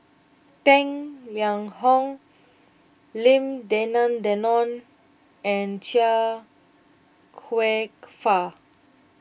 Tang Liang Hong Lim Denan Denon and Chia Kwek Fah